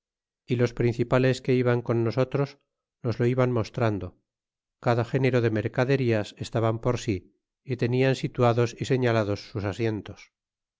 y lo principales que iban con nosotros nos los iban mostrando cada género de mercaderías estaban por sí y tenian situados y señalados sus asientos